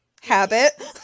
Habit